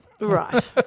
Right